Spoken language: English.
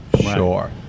Sure